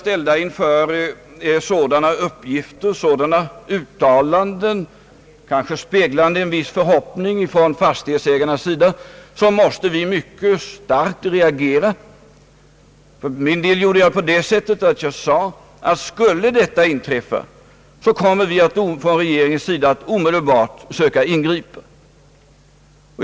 Ställda inför sådana uttalanden, kanske speglande en viss förhoppning från fastighetsägarnas sida, är det självklart att vi måste reagera mycket starkt. För min del gjorde jag det så att jag sade, alt om detta skulle inträffa kommer vi från regeringens sida att omedelbart söka ingripa.